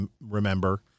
remember